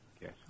Yes